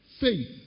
faith